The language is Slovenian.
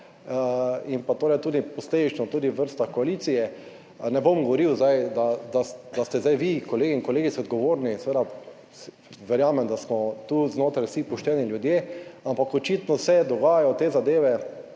torej tudi posledično tudi v vrstah koalicije. Ne bom govoril zdaj, da ste zdaj vi, kolegi in kolegice, odgovorni. Seveda verjamem, da smo tu znotraj vsi pošteni ljudje, ampak očitno se dogajajo te zadeve.